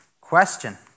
question